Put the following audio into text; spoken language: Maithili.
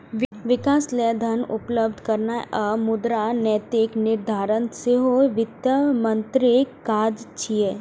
विकास लेल धन उपलब्ध कराना आ मुद्रा नीतिक निर्धारण सेहो वित्त मंत्रीक काज छियै